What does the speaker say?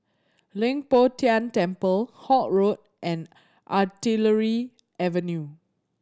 Leng Poh Tian Temple Holt Road and Artillery Avenue